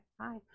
hi